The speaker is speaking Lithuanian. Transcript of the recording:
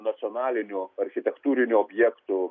nacionalinių architektūrinių objektų